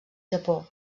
japó